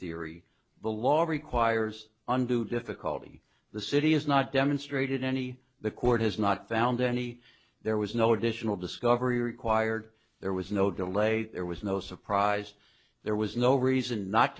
theory the law requires undo difficulty the city has not demonstrated any the court has not found any there was no additional discovery required there was no delay there was no surprise there was no reason not